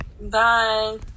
bye